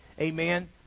Amen